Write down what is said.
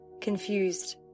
Confused